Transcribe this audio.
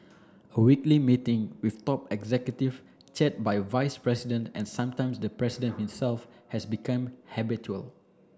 a weekly meeting with top executive chaired by vice president and sometimes by the president himself has become habitual